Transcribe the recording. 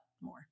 More